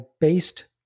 based